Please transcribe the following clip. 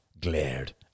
glared